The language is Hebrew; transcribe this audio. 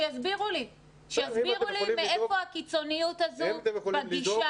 שיסבירו לי מאיפה הקיצוניות הזו בגישה